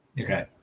Okay